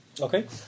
Okay